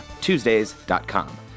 Tuesdays.com